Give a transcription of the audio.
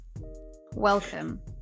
Welcome